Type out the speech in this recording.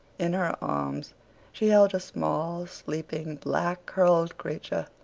in her arms she held a small, sleeping, black-curled creature,